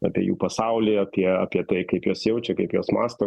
apie jų pasaulį apie apie tai kaip jos jaučia kaip jos mąsto